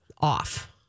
off